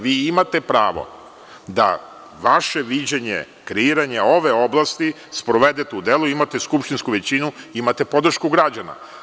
Vi imate pravo da vaše viđenje, kreiranje ove oblasti sprovedete u delo imate skupštinsku većinu, imate podršku građana.